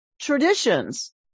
traditions